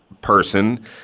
Person